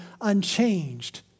unchanged